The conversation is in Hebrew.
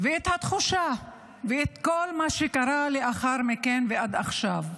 ואת התחושה, ואת כל מה שקרה לאחר מכן ועד עכשיו,